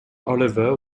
oliver